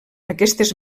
aquestes